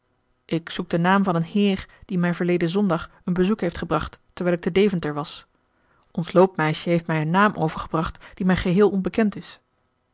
ik zoek den naam van een heer die mij verleden zondag een bezoek heeft gebracht terwijl ik te deventer was ons loopmeisje heeft mij een naam overgebracht die mij geheel onbekend is